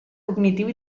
cognitiu